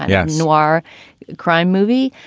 yeah. noir crime movie.